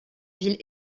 ville